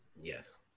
Yes